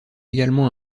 également